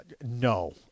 No